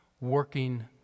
working